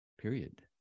period